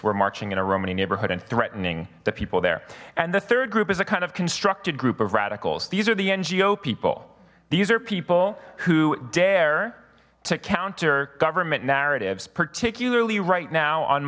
we're marching in a romani neighborhood and threatening the people there and the third group is a kind of constructed group of radicals these are the ngo people these are people who dare to counter government narratives particularly right now on